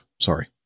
Sorry